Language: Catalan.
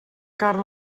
carn